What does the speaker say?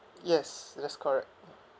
yes that's correct